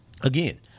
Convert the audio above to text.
again